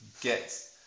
get